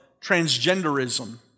transgenderism